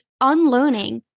unlearning